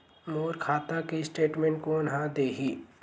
मोर खाता के स्टेटमेंट कोन ह देही?